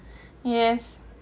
yes